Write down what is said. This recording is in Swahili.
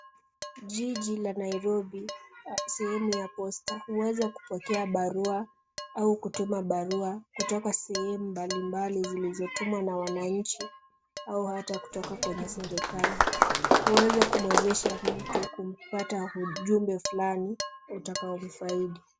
Jiji la Nairobi, sehemu ya posta. Huweza kupokea barua au kutuma barua, kutoka sehemu mbalimbali zilizotumwa na wananchi au hata kutoka kwenye serikali. Huweza kumuezesha mtu kupata ujumbe fulani utakaomfaidi.